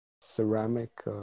Ceramic